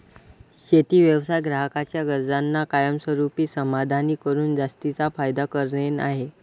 शेती व्यवसाय ग्राहकांच्या गरजांना कायमस्वरूपी समाधानी करून जास्तीचा फायदा करणे आहे